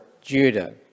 Judah